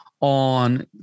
on